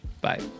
Bye